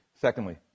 Secondly